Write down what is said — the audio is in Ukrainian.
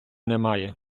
немає